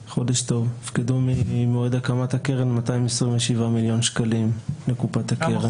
הופקדו ממועד הקמת הקרן 227 מיליון שקלים לקופת הקרן.